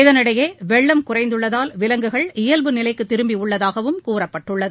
இதனிடையே வெள்ளம் குறை நீதுள்ளதால் வி லங்குகள் இயல்பட நிலைக்கு திரும்பியள்ளதாகவம் கூறப்பட்டுள்ளது